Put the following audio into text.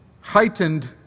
heightened